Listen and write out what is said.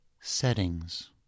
settings